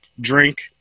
drink